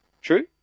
True